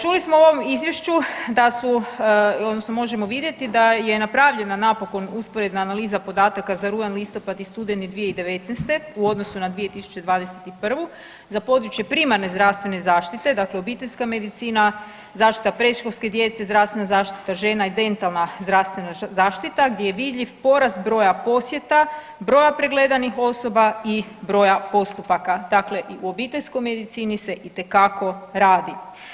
Čuli smo u ovom Izvješću da su, odnosno možemo vidjeti da je napravljena napokon usporedna analiza podataka za rujan, listopad i studeni 2019. u odnosu na 2021. za područje primarne zdravstvene zaštite, dakle obiteljska medicina, zaštita predškolske djece, zdravstvena zaštita žena i dentalna zdravstvena zaštita gdje je vidljiv porast broja posjeta, broja pregledanih osoba i broja postupaka, dakle i u obiteljskoj medicini se itekako radi.